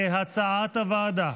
כהצעת הוועדה.